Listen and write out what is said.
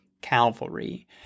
Calvary